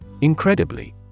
Incredibly